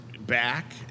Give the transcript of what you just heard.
back